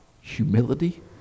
humility